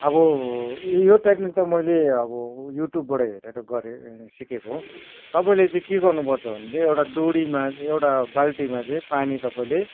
अब यो टेक्निक त मैले अब युट्युबबाट हेरेर गरे सिकेको हो तपाईँले चाहिँ के गर्नुपर्छ भने एउटा डोरीमा एउटा बाल्टीमा चाहिँ पानी तपाईँले